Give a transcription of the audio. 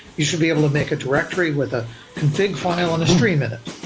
you should be able to make a directory with a config file and a stream in it,